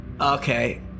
Okay